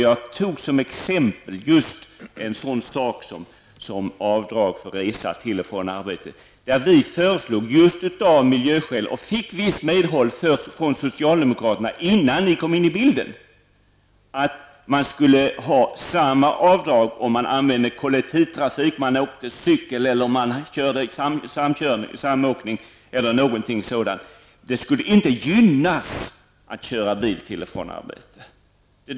Jag tog som exempel avdragen för resa till och från arbetet. Där föreslog vi just av miljöskäl, och fick visst medhåll från socialdemokraterna innan ni kom in i bilden, att man skulle få göra samma avdrag om man använde kollektivtrafik, om man åkte cykel, samåkte eller något sådant. Det skulle inte gynnas att köra bil till och från arbetet.